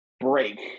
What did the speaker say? break